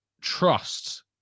trust